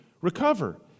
recover